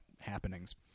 happenings